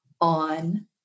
on